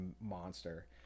monster